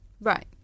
Right